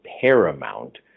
paramount